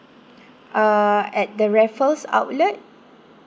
uh at the raffles outlet